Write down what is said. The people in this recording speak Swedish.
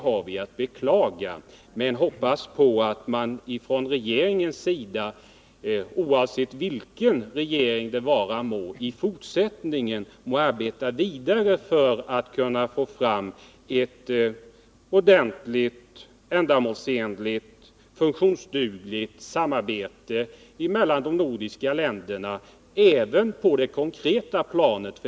Detta är att beklaga, men jag hoppas att regeringen i fortsättningen — oavsett vilken regering vi kommer att ha — skall arbeta vidare för att få fram ett ordentligt, ändamålsenligt och funktionsdugligt samarbete mellan de nordiska länderna, även på det konkreta planet.